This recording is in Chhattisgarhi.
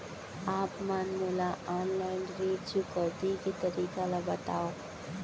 आप मन मोला ऑनलाइन ऋण चुकौती के तरीका ल बतावव?